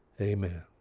Amen